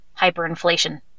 hyperinflation